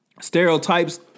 stereotypes